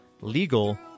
legal